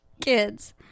Kids